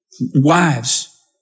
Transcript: Wives